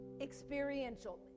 Experiential